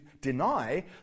deny